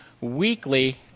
weekly